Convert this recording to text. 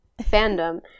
fandom